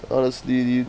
I want to sleep already